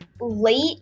late